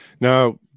Now